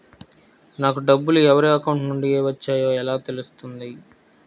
నాకు డబ్బులు ఎవరి అకౌంట్ నుండి వచ్చాయో ఎలా తెలుస్తుంది?